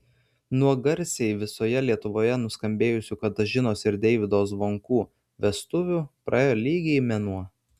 nuo garsiai visoje lietuvoje nuskambėjusių katažinos ir deivydo zvonkų vestuvių praėjo lygiai mėnuo